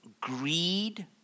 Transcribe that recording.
greed